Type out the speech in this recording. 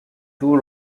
two